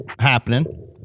happening